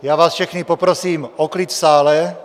Já vás všechny poprosím o klid v sále.